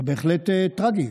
זה בהחלט טרגי.